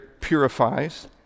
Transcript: purifies